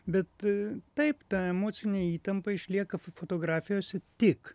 bet taip ta emocinė įtampa išlieka fo fotografijose tik